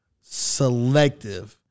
Selective